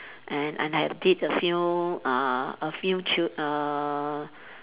and and I did a few uh a few chill uh